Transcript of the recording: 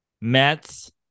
Mets